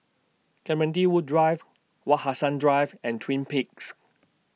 Clementi Woods Drive Wak Hassan Drive and Twin Peaks